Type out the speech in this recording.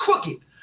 crooked